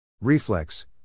Reflex